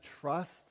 trust